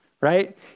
right